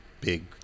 big